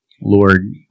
Lord